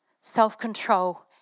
self-control